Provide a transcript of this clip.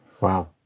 Wow